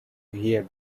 hear